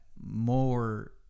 more